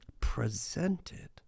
presented